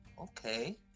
okay